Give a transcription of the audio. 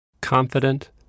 confident